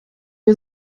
wir